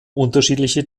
unterschiedliche